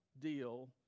deal